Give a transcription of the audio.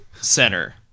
center